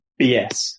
BS